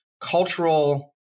cultural